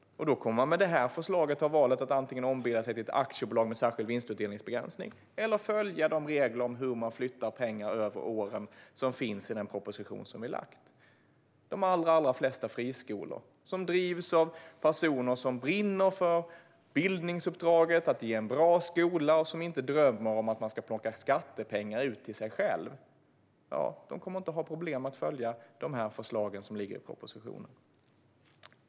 Med förslaget som finns i den proposition som vi har lagt fram kommer man att ha valet att antingen ombilda sig till ett aktiebolag med särskild vinstutdelningsbegränsning eller följa reglerna om hur man flyttar pengar över åren. De allra flesta friskolor drivs av personer som brinner för bildningsuppdraget att ge en bra skola och som inte drömmer om att plocka skattepengar ur verksamheten till sig själva. De kommer inte att ha några problem att följa de förslag till regler som ligger i den här propositionen.